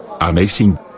Amazing